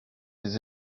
les